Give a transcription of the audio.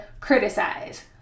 criticize